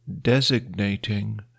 designating